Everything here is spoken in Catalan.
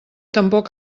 tampoc